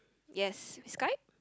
yes Skype